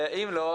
אם לא,